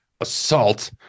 assault